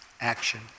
action